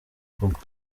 kugwa